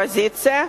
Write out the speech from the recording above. או מהאופוזיציה,